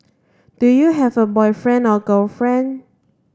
do you have a boyfriend or girlfriend